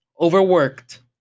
overworked